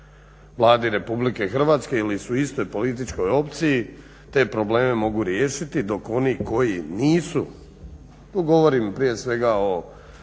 Vladi Republike Hrvatske ili su u istoj političkoj opciji te probleme mogu riješiti dok oni koji nisu, tu govorim prije svega i